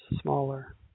smaller